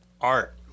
art